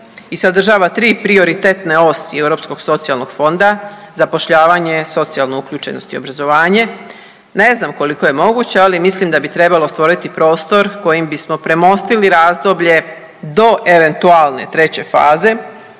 i sadržava tri prioritetne osi Europskog socijalnog fonda, zapošljavanje, socijalnu uključenost i obrazovanje, ne znam koliko je moguće, ali mislim da bi trebalo stvoriti prostor kojim bismo premostili razdoblje do eventualne treće faze